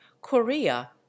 korea